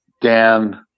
Dan